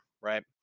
right